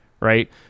right